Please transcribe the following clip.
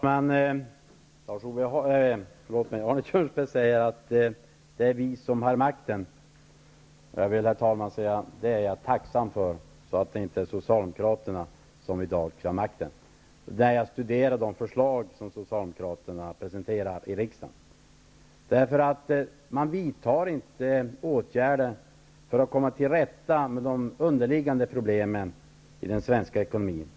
Herr talman! Arne Kjörnsberg säger att det är vi som har makten. Jag vill, herr talman, säga: När jag studerar de förslag som Socialdemokraterna presenterar i riksdagen är jag tacksam för att det är vi och inte Socialdemokraterna som i dag har makten. Socialdemokraterna föreslår nämligen inga åtgärder för att komma till rätta med de underliggande balansproblemen i den svenska ekonomin.